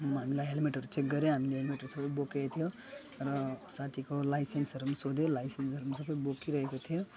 म हामीलाई हेल्मेटहरू चेक गऱ्यो हामीले हेल्मेटहरू सबै बोकेको थियो र साथीको लाइसेन्सहरू पनि सोध्यो लाइसेन्सहरू पनि सबै बोकिरहेको थियो